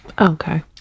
okay